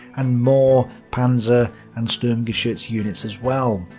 and more panzer and sturmgeschutz units as well.